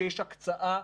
שיש הקצאה.